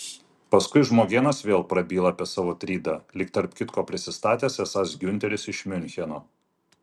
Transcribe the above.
paskui žmogėnas vėl prabyla apie savo trydą lyg tarp kitko prisistatęs esąs giunteris iš miuncheno